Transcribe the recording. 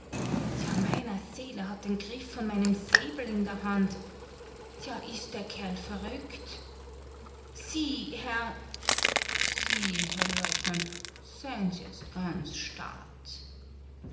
ja meiner seel er hat den griff von meinem säbel in der hand ja ist der kerl verrückt sie herr sie herr leutnant sein s jetzt ganz stad